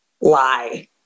lie